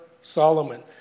Solomon